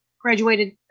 graduated